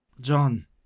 John